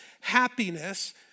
happiness